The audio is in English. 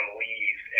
leave